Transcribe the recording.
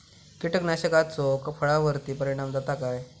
कीटकनाशकाचो फळावर्ती परिणाम जाता काय?